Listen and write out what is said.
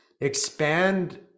expand